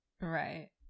Right